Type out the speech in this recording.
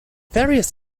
various